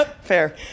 Fair